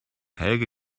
helge